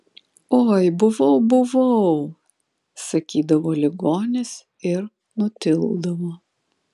oi buvau buvau sakydavo ligonis ir nutildavo